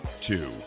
Two